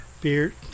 Beer